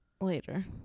later